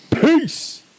Peace